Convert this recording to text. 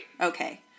Okay